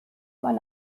man